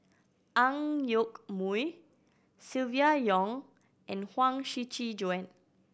Ang Yoke Mooi Silvia Yong and Huang Shiqi Joan